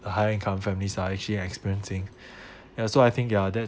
a higher income families are actually experiencing ya so I think ya that